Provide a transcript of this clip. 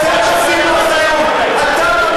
אתה,